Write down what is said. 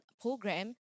program